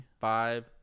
five